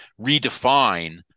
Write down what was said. redefine